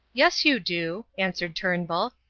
yes, you do, answered turnbull.